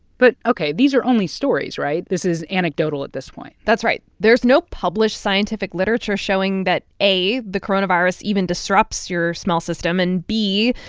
but ok. these are only stories, right? this is anecdotal at this point that's right. there's no published scientific literature showing that, a, the coronavirus even disrupts your smell system and, b,